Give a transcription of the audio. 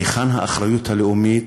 היכן האחריות הלאומית,